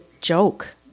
joke